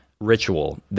ritual